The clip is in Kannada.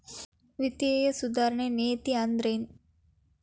ವಿತ್ತೇಯ ಸುಧಾರಣೆ ನೇತಿ ಅಂದ್ರೆನ್